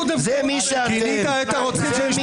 זה מי שאתם.